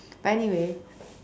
but anyway